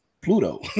Pluto